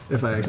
if i